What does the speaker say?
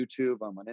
YouTube